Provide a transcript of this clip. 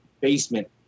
basement